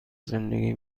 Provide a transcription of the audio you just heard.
زندگی